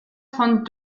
von